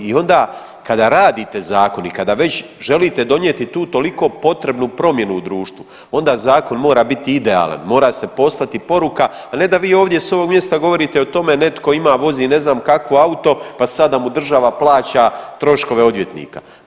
I onda kada radite zakon i kada već želite donijeti tu toliko potrebnu promjenu u društvu onda zakon mora biti idealan, mora se poslati poruka, a ne da vi ovdje s ovog mjesta govorite o tome netko ima vozi ne znam kakvo auto pa sa da mu država plaća troškove odvjetnika.